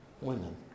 women